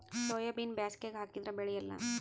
ಸೋಯಾಬಿನ ಬ್ಯಾಸಗ್ಯಾಗ ಹಾಕದರ ಬೆಳಿಯಲ್ಲಾ?